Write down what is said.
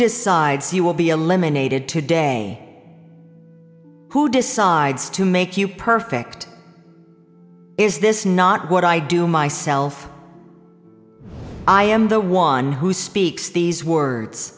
decides you will be a limb unaided today who decides to make you perfect is this not what i do myself i am the one who speaks these words